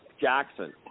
Jackson